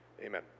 Amen